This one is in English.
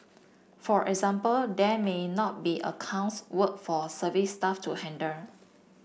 for example there may not be accounts work for service staff to handle